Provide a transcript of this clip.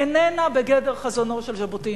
איננה בגדר חזונו של ז'בוטינסקי,